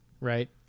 right